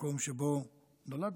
מקום שבו נולדת,